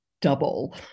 double